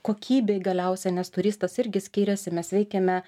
kokybei galiausiai nes turistas irgi skiriasi mes veikiame